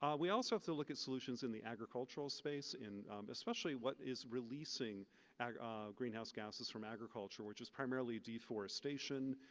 um we also have to look at solutions in the agricultural space in especially what is releasing greenhouse gasses from agriculture, which is primarily deforestation,